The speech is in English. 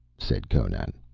said conan.